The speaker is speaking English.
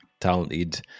talented